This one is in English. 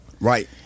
Right